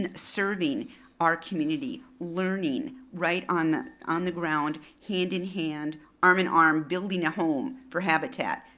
and serving our community, learning, right on on the ground, hand in hand, arm in arm, building a home for habitat.